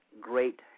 great